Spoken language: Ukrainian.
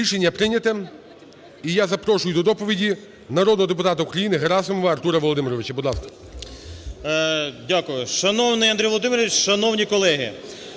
Рішення прийняте. І я запрошую до доповіді народного депутата України Герасимова Артура Володимировича,